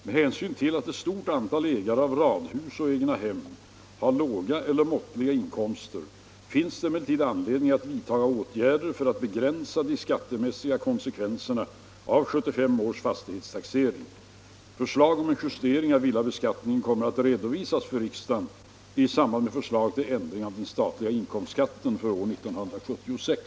Med hänsyn till att ett stort antal ägare av radhus och egnahem har låga eller måttliga inkomster finns det emellertid anledning att vidtaga åtgärder för att begränsa de skattemässiga konsekvenserna av 1975 års fastighetstaxering. Förslag om en justering av villabeskattningen kommer att redovisas för riksdagen i samband med förslag till ändring av den statliga inkomstskatten för år 1976.